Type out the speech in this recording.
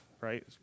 right